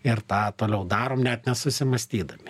ir tą toliau darom net nesusimąstydami